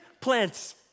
plants